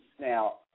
Now